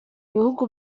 bihugu